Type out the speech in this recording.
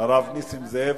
הרב נסים זאב,